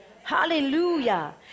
Hallelujah